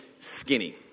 skinny